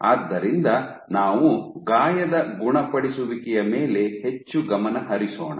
ಆದ್ದರಿಂದ ನಾವು ಗಾಯದ ಗುಣಪಡಿಸುವಿಕೆಯ ಮೇಲೆ ಹೆಚ್ಚು ಗಮನ ಹರಿಸೋಣ